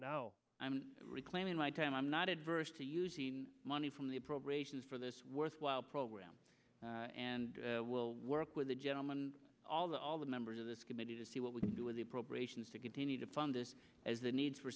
now i'm reclaiming my time i'm not adverse to using money from the appropriations for this worthwhile program and we'll work with the gentleman all the all the members of this committee to see what we can do with the appropriations to continue to fund this as the need for